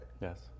Yes